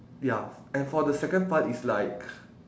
ya and for the second part it's like